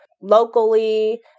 locally